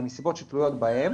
אלא מסיבות שתלויות בהן,